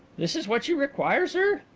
this is what you require, sir?